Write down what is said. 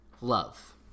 love